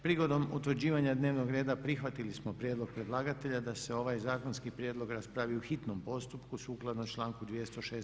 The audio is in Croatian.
Prigodom utvrđivanja dnevnog reda prihvatili smo prijedlog predlagatelja da se ovaj zakonski prijedlog raspravi u hitnom postupku sukladno članku 206.